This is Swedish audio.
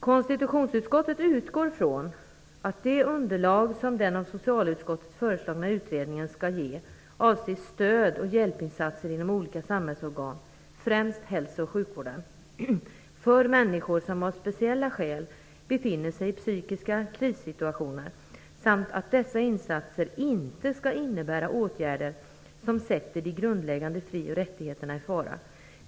"Konstitutionsutskottet utgår från att det underlag som den av socialutskottet föreslagna utredningen skall ge avser stöd och hjälpinsatser inom olika samhällsorgan, främst hälso och sjukvården, för människor som av speciella skäl befinner sig i psykiska krissituationer samt att dessa insatser inte skall innebära åtgärder som sätter de grundläggande frioch rättigheterna i fara.